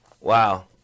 Wow